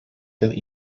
ten